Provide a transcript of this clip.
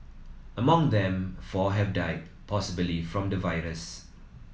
among them four have died possibly from the virus